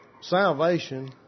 salvation